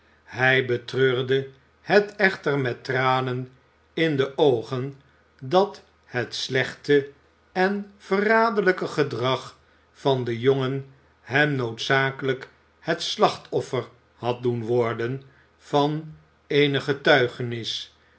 hij betreurde het echter met tranen in de oogen dat het slechte en verraderlijke gedrag van den jongen hem noodzakelijk het slachtoffer had doen worden van eene getuigenis